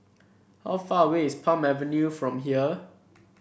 how far away is Palm Avenue from here